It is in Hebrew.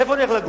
איפה אני אגור?